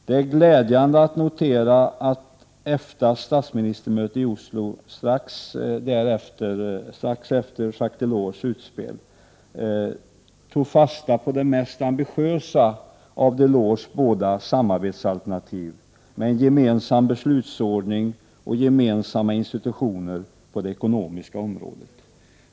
Det är glädjande att notera att EFTA:s statsministermöte i Oslo strax efter Jacques Delors utspel tog fasta på det mest ambitiösa av Delors båda samarbetsalternativ, med en gemensam beslutsordning och gemensamma institutioner på det ekonomiska området.